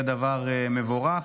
שזה דבר מבורך.